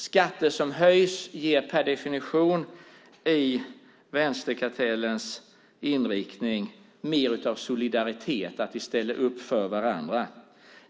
Skatter som höjs ger per definition mer av solidaritet och att vi ställer upp för varandra i vänsterkartellens inriktning.